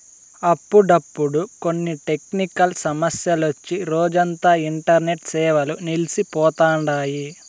అప్పుడప్పుడు కొన్ని టెక్నికల్ సమస్యలొచ్చి రోజంతా ఇంటర్నెట్ సేవలు నిల్సి పోతండాయి